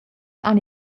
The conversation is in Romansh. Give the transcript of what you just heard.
han